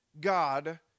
God